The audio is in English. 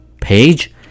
page